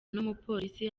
n’umupolisi